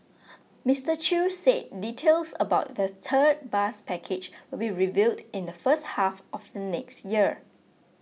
Mister Chew said details about the third bus package will be revealed in the first half of the next year